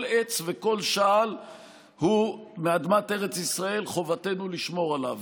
כל עץ וכל שעל הוא מאדמת ארץ ישראל וחובתנו לשמור עליו,